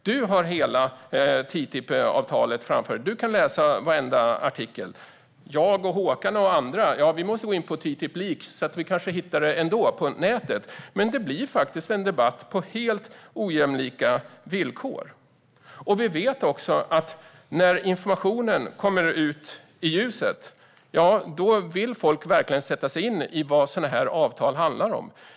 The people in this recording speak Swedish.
Du har hela TTIP-avtalet framför dig, och du kan läsa varenda artikel. Håkan, jag och andra måste gå in på TTIP-leaks och kan kanske hitta det ändå på nätet. Men det blir en debatt på helt ojämlika villkor. Vi vet att när informationen kommer ut i ljuset vill folk verkligen sätta sig in i vad sådana här avtal handlar om.